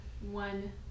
one